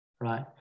right